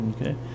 Okay